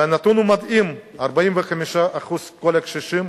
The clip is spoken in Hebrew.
והנתון הוא מדהים: 45% מכל הקשישים